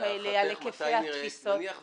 האלה ועל היקפי התפיסות --- מתי להערכתך נראה